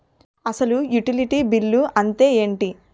అసలు utility bill అంతే ఎంటి?